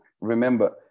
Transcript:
remember